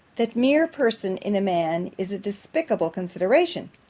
that mere person in a man is a despicable consideration.